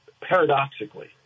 paradoxically